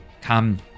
Come